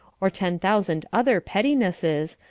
or ten thousand other pettinesses,